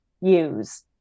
use